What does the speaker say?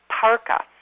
parka